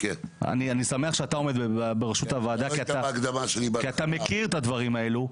אני שמח שאתה עומד בראשות הוועדה כי אתה מכיר את הדברים האלו.